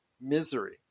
Misery